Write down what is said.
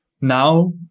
now